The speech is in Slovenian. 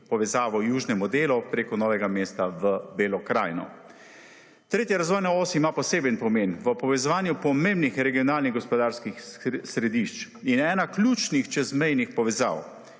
povezavi južnega dela preko Novega mesta v Belo Krajino. Tretja razvojna os ima poseben pomen, v povezovanju pomembnih regionalnih gospodarskih središč je ena ključnih čezmejnih povezav.